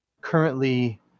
currently